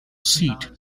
seat